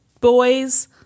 boys